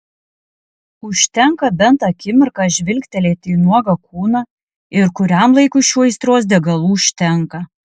užtenka bent akimirką žvilgtelėti į nuogą kūną ir kuriam laikui šių aistros degalų užtenka